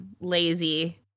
lazy